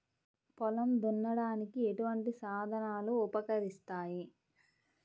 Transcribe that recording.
పొలం దున్నడానికి ఎటువంటి సాధనలు ఉపకరిస్తాయి?